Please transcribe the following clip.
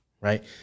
right